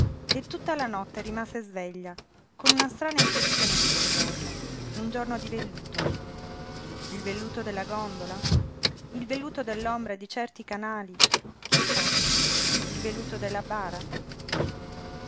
e tutta la notte rimase sveglia con una strana impressione di quel giorno un giorno di velluto il velluto della gondola il velluto dell'ombra di certi canali chi sa il velluto della bara